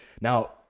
now